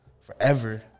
forever